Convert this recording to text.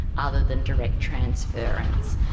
other than direct transference.